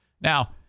now